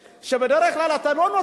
הרב גפני בדרך כלל הוא בן-אדם רציני מאוד.